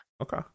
Okay